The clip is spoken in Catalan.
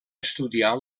estudiar